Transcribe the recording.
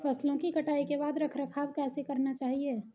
फसलों की कटाई के बाद रख रखाव कैसे करना चाहिये?